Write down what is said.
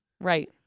Right